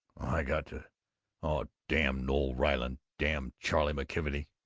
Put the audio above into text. i got to oh, damn noel ryland! damn charley mckelvey!